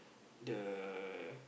the